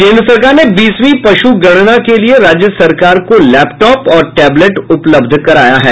केंद्र सरकार ने बीसवीं पशुगणना के लिये राज्य सरकार को लैपटॉप और टैबलेट उपलब्ध कराया है